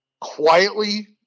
quietly